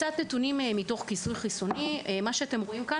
נתונים לגבי כיסוי חיסוני: מה שאתם רואים כאן